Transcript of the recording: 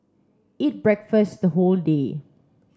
eat breakfast the whole day